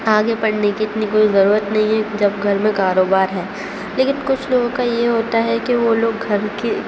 آگے پڑھنے کی اتنی کوئی ضرورت نہیں ہے جب گھر میں کارو بار ہے لیکن کچھ لوگوں کا یہ ہوتا ہے کہ وہ لوگ گھر کی